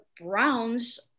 Browns